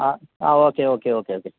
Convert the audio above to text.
ആ okay okay okay okay